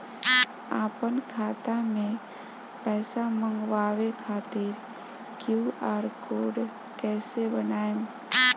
आपन खाता मे पैसा मँगबावे खातिर क्यू.आर कोड कैसे बनाएम?